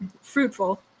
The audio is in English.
fruitful